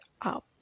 up